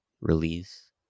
release